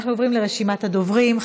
אנחנו עוברים לרשימת הדוברים.